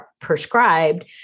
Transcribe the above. prescribed